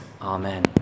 Amen